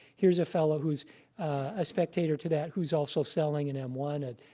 here's a fellow who's a spectator to that who's also selling an m one, and